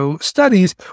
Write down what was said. studies